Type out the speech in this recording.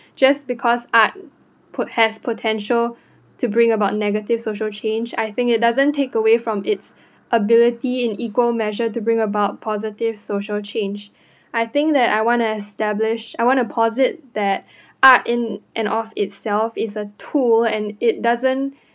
just because art could have potential to bring about negative social change I think it doesn't take away from its ability in equal measure to bring about positive social change I think that I want to establish I want to posit that art in and of itself is a tool and it doesn't